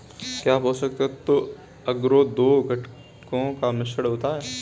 क्या पोषक तत्व अगरो दो घटकों का मिश्रण होता है?